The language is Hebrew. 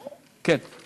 כן.